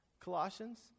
Colossians